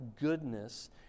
goodness